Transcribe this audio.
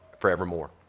forevermore